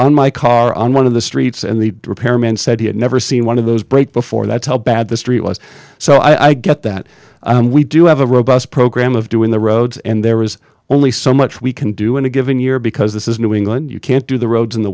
on my car on one of the streets and the repairman said he had never seen one of those brake before that's how bad the street was so i get that we do have a robust program of doing the roads and there is only so much we can do in a given year because this is new england you can't do the roads in the